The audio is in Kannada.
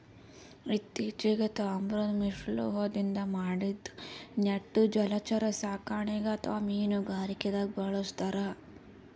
ಇತ್ತಿಚೀಗ್ ತಾಮ್ರದ್ ಮಿಶ್ರಲೋಹದಿಂದ್ ಮಾಡಿದ್ದ್ ನೆಟ್ ಜಲಚರ ಸಾಕಣೆಗ್ ಅಥವಾ ಮೀನುಗಾರಿಕೆದಾಗ್ ಬಳಸ್ತಾರ್